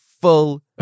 full